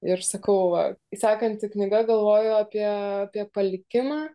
ir sakau va sekanti knyga galvoju apie apie palikimą